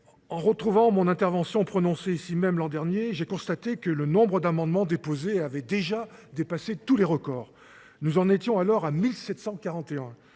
En retrouvant mon intervention prononcée ici même l'an dernier, j'ai constaté que le nombre d'amendements déposés avait déjà dépassé tous les records. Nous en étions alors à 1741,